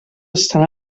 estan